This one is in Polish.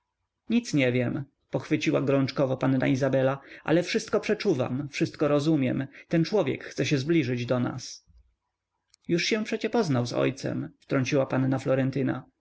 nic nie wiem pochwyciła gorączkowo panna izabela ale wszystko przeczuwam wszystko rozumiem ten człowiek chce się zbliżyć do nas już się przecie poznał z ojcem wtrąciła panna